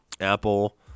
Apple